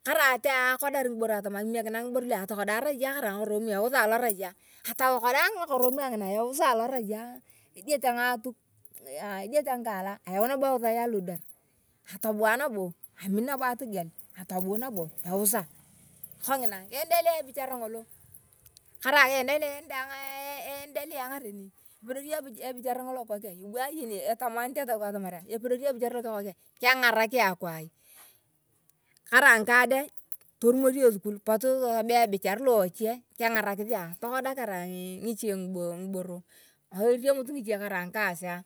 Karai ta akodar atama kiniekinae ngiboro lu atokoda arai ayong ngakoromwa atolot eusaya aloraya asakaria ngukoromwa bguna eusa aloraya ediet ngutuk ediet ngikaala ayau eusaya alodwar atobua nabo amin nabo atoiyel atobu nabo eusa kona kiendeleya ebichar ngolo karai kikokei bu ayeni etamanit etau kang atamar epedori ebiachar lo kikokiai kengarak ayong kwai kerai ngikang de torumosi esukul potu yasi ebiachar toriamut ngiche ngikasia